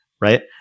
right